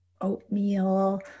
oatmeal